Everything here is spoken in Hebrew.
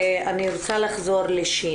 אני רוצה לחזור ל-ש'.